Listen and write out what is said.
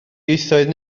ieithoedd